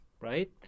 right